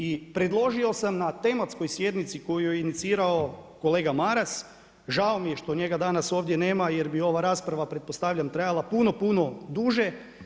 I predložio sam na tematskoj sjednici koju je inicirao kolega Maras, žao mi je što njega danas ovdje nema, jer bi ova rasprava pretpostavljam trajala puno, puno duže.